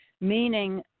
meaning